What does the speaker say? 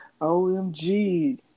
OMG